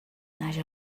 naix